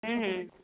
ହୁଁ ହୁଁ